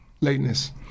Lateness